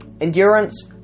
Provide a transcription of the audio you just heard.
Endurance